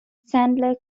sandler